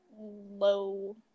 Low